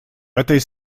этой